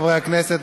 חבריי חברי הכנסת,